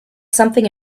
something